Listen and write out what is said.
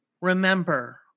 remember